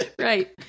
right